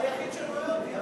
אתה היחיד שרואה אותי.